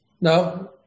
No